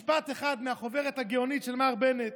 משפט אחד מהחוברת הגאונית של מר בנט,